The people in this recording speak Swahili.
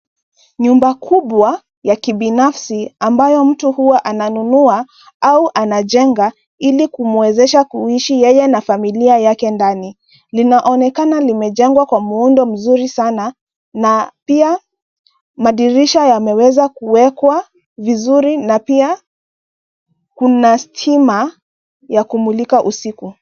Nyumba kubwa ya kibinafsi ambayo mtu huwa ananunua au anajenga ili kumwezesha kuishi yeye na familia yake ndani. Linaonekana limejengwa kwa muundo mzuri sana na pia madirisha yameweza kuwekwa vizuri na pia kuna stima ya kumulika usiku.